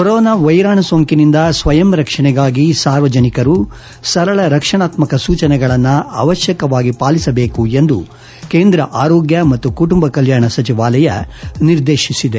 corona ವೈರಾಣು ಸೋಂಕಿನಿಂದ ಸ್ವಯಂರಕ್ಷಣೆಗಾಗಿ ಸಾರ್ವಜನಿಕರು ಸರಳ ರಕ್ಷಣಾತ್ಮಕ ಸೂಚನೆಗಳನ್ನು ಅವಶ್ಯವಾಗಿ ಪಾಲಿಸಬೇಕು ಎಂದು ಕೇಂದ್ರ ಆರೋಗ್ಯ ಮತ್ತು ಕುಟುಂಬ ಕಲ್ಖಾಣ ಸಚಿವಾಲಯ ನಿರ್ದೇತಿಸಿದೆ